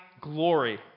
glory